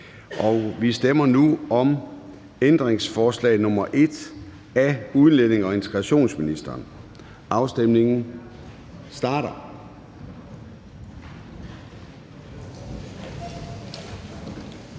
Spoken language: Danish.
Vi stemmer nu om ændringsforslag nr. 1 af udlændinge- og integrationsministeren. Afstemningen starter.